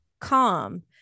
calm